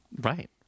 Right